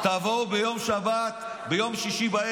תתבייש לך.